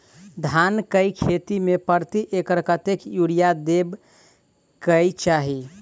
धान केँ खेती मे प्रति एकड़ कतेक यूरिया देब केँ चाहि?